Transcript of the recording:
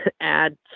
add